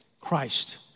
Christ